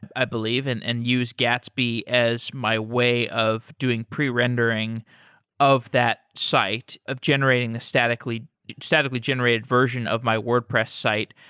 i believe, and and use gatsby as my way of doing pre rendering of that site, of generating the statically statically generated version of my wordpress site.